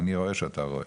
אני רואה שאתה רואה.